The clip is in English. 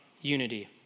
unity